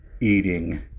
eating